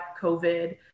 COVID